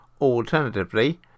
alternatively